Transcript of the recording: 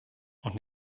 und